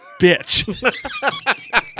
bitch